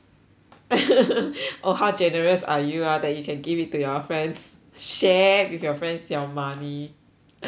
oh how generous are you ah that you can give it to your friends share with your friends your money